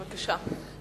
בבקשה.